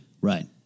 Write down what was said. Right